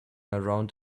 around